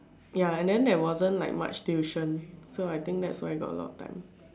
ya and then there wasn't like much tuition so I think that's why got a lot of time